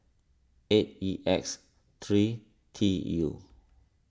eight E X three T U